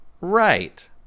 Right